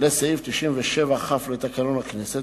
לסעיף 97כ לתקנון הכנסת,